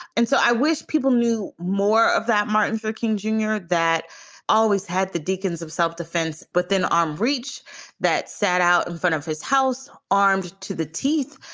and so i wish people knew more of that. martin luther king junior. that always had the deacons of self-defense. but then arm reach that sat out in front of his house, armed to the teeth,